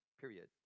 period